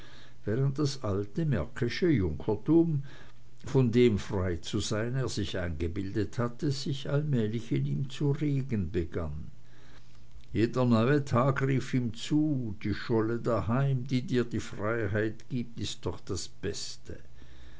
während das alte märkische junkertum von dem frei zu sein er sich eingebildet hatte sich allmählich in ihm zu regen begann jeder neue tag rief ihm zu die scholle daheim die dir freiheit gibt ist doch das beste